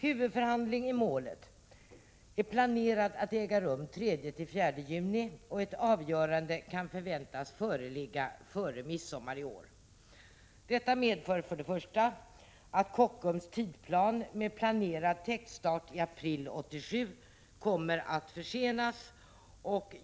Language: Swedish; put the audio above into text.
Huvudförhandling i målet är planerad att äga rum den 3-4 juni, och ett avgörande kan förväntas föreligga före midsommar i år. Detta medför för det första att Kockums tidsplan, med planerad täktstart i april 1987, kommer att försenas.